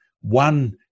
one